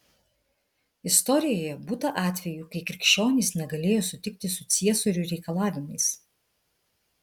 istorijoje būta atvejų kai krikščionys negalėjo sutikti su ciesorių reikalavimais